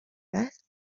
beth